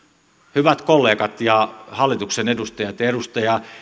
hyvät kollegat ja hallituksen edustajat ja edustaja